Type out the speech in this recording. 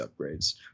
upgrades